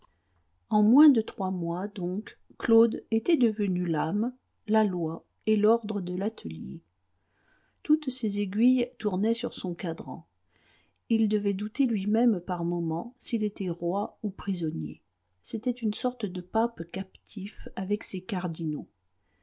en moins de trois mois donc claude était devenu l'âme la loi et l'ordre de l'atelier toutes ces aiguilles tournaient sur son cadran il devait douter lui-même par moments s'il était roi ou prisonnier c'était une sorte de pape captif avec ses cardinaux